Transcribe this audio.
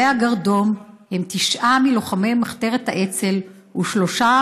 עולי הגרדום הם תשעה מלוחמי מחתרת האצ"ל ושלושה